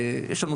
יש לך